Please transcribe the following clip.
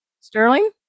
Sterling